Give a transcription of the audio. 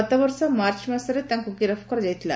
ଗତବର୍ଷ ମାର୍ଚ୍ଚ ମାସରେ ତାଙ୍କୁ ଗିରଫ କରାଯାଇଥିଲା